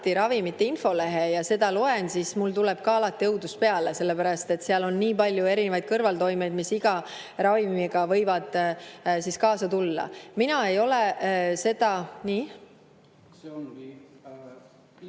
ravimi infolehe ja seda loen, siis mul tuleb alati õudus peale, sellepärast et seal on nii palju erinevaid kõrvaltoimeid, mis iga ravimiga võivad kaasa tulla. Mina ei ole seda ... Nii? See ongi